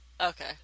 Okay